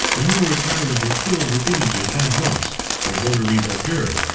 the numerous islands were filled with images and monks their votaries abjured,